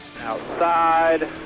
Outside